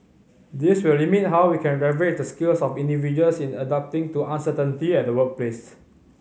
this will limit how we can leverage the skills of individuals in adapting to uncertainty at the workplace